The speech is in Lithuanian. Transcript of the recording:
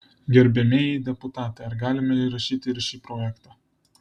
gerbiamieji deputatai ar galime įrašyti ir šį projektą